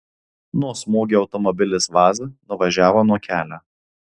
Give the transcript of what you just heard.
nuo smūgio automobilis vaz nuvažiavo nuo kelio